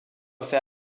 fait